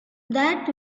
that